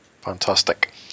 fantastic